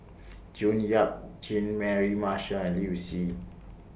June Yap Jean Mary Marshall and Liu Si